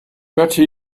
better